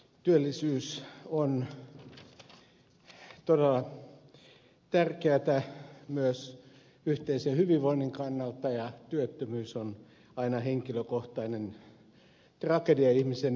työllisyys on todella tärkeätä myös yhteisen hyvinvoinnin kannalta ja työttömyys on aina henkilökohtainen tragedia ihmisen elämässä